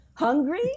Hungry